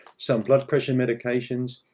some blood pressure medications,